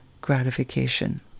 gratification